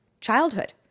Childhood